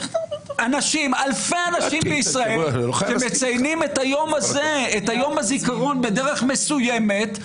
אלפי אנשים בישראל מציינים את יום הזיכרון בדרך מסוימת,